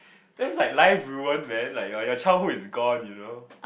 that's like life ruin man like your your childhood is gone you know